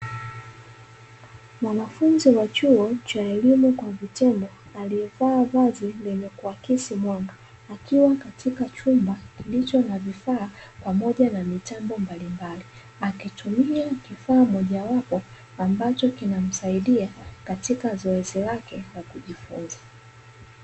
Mwanafunzi wa chuo cha elimu kwa vitendo aliyevaa vazi lenye kuakisi mwanga akiwa katika chumba kilicho na vifaa pamoja na mitambo mbalimbali, akitumia kifaa mojawapo ambacho kinamsaidia katika zoezi lake la kujifunza.